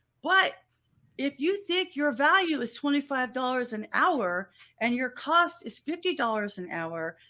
but if you think your value is twenty five dollars an hour and your cost is fifty dollars an hour,